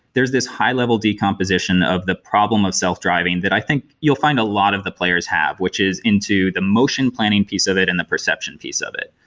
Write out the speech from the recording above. there is this high-level decomposition of the problem of self-driving that i think you'll find a lot of the players have, which is into the motion planning piece of it and the perception piece of it.